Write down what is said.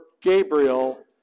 Gabriel